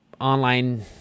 online